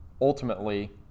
Ultimately